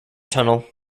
tunnel